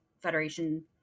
Federation